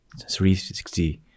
360